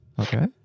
okay